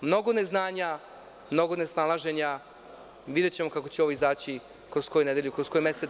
Mnogo neznanja, mnogo nesnalaženja, videćemo kako će ovo izaći kroz koju nedelju, kroz koji mesec.